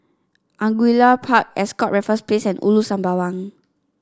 Angullia Park Ascott Raffles Place and Ulu Sembawang